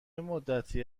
مدتی